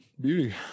Beauty